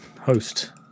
Host